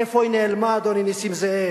איפה היא נעלמה, אדוני נסים זאב?